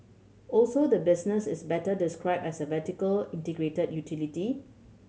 also the business is better described as a vertically integrated utility